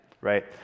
right